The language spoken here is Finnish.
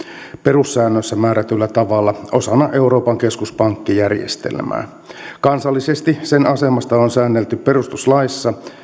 perussäännössä määrätyllä tavalla osana euroopan keskuspankkijärjestelmää kansallisesti sen asemasta on säännelty perustuslaissa